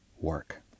work